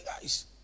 guys